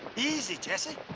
easy jesse.